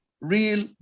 real